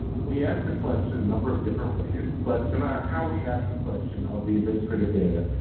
we asked the question a number of different ways, but no matter how we asked the question of the administrative data,